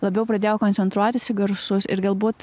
labiau pradėjau koncentruotis į garsus ir galbūt